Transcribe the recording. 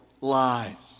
lives